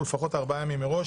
ולפחות ארבעה ימים מראש